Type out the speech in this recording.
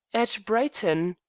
at brighton?